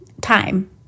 time